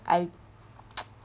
I